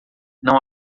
não